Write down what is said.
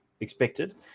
expected